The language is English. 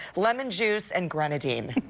lemon juice and grenadine.